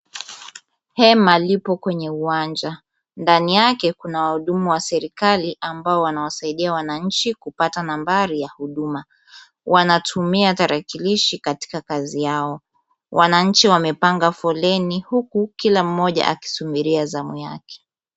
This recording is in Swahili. Hema lipo kwenye uwanja, ndani yake kuna wahudumu wa serikali ambao wanawasaidia wananchi kupata nambari ya huduma. Wanatumia tarakilishi katika kazi yao. Wananchi wamepanga foleni huku kila mmoja akisubiria zamu yake.